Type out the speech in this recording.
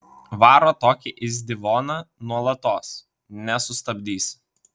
varo tokį izdivoną nuolatos nesustabdysi